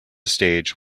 stage